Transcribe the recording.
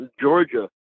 Georgia